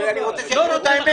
אני רוצה שיגידו את האמת